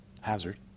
hazard